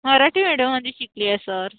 Marathi medium मध्ये शिकले आहे सर